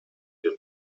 den